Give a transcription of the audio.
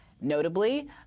Notably